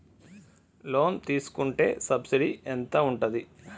Loan తీసుకుంటే subsidy ఎంత ఉంటది?